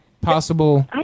possible